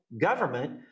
government